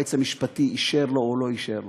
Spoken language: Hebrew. שהיועץ המשפטי אישר לו או לא אישר לו,